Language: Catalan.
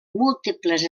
múltiples